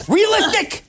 Realistic